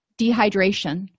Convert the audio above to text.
dehydration